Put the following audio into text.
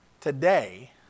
today